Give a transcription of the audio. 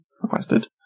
requested